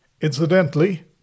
Incidentally